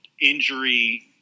injury –